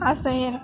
આ શહેર